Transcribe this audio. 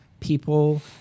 people